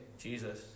Jesus